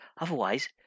Otherwise